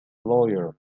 lawyer